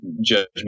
judgment